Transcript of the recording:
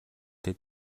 тэд